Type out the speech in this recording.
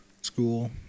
school